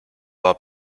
war